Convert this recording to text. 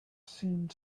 seemed